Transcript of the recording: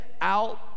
out